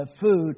food